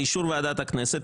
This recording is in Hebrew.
באישור ועדת הכנסת,